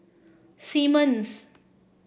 Simmons